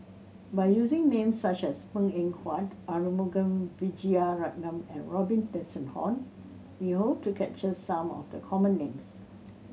by using names such as Png Eng Huat Arumugam Vijiaratnam and Robin Tessensohn we hope to capture some of the common names